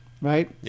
Right